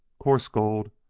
coarse gold,